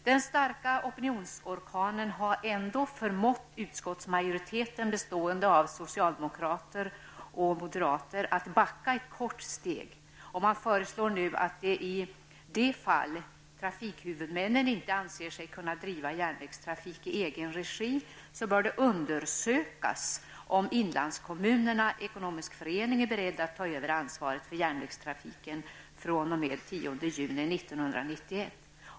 Den starka opinionsorkanen har ändå förmått utskottsmajoriteten -- bestående av socialdemokrater och moderater -- att backa ett kort steg, och man föreslår nu att i det fall trafikhuvudmännen inte anser sig kunna driva järnvägstrafik i egen regi bör det undersökas om Inlandskommunerna Ekonomisk Förening är beredd att ta över ansvaret för järnvägstrafiken fr.o.m. den 10 juni 1991.